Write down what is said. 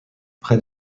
près